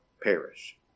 perish